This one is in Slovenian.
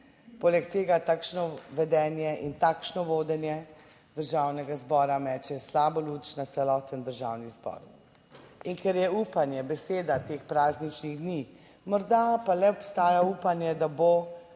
Poleg tega takšno vedenje in takšno vodenje Državnega zbora meče slabo luč na celoten Državni zbor. In ker je upanje beseda teh prazničnih dni, morda pa le obstaja upanje, da bo